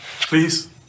Please